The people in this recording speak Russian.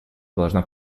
должна